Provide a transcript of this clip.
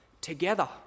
together